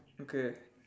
okay